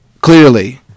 clearly